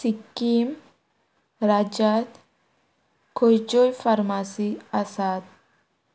सिक्कीम राज्यांत खंयच्योय फार्मासी आसात